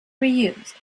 reused